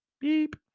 beep